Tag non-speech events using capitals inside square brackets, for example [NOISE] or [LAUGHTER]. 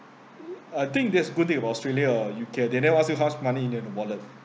[NOISE] I think that's good news about australia you can they never ask you how much money in the wallet